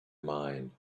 mind